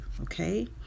Okay